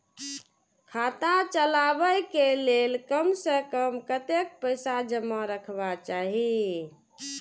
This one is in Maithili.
खाता चलावै कै लैल कम से कम कतेक पैसा जमा रखवा चाहि